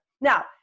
Now